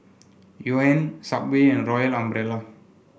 Johan Subway and Royal Umbrella